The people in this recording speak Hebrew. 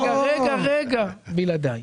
רגע, בלעדיי.